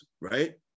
right